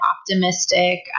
optimistic